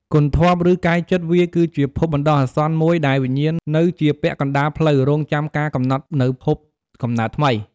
គន្ធព្វ ឬកាយចិត្តវាគឺជាភពបណ្ដោះអាសន្នមួយដែលវិញ្ញាណនៅជាពាក់កណ្ដាលផ្លូវ រង់ចាំការកំណត់នូវភពកំណើតថ្មី។